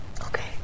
Okay